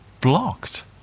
blocked